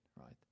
right